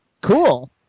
Cool